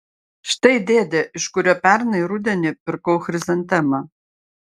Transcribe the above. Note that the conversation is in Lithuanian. štai dėdė iš kurio pernai rudenį pirkau chrizantemą